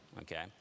Okay